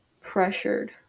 pressured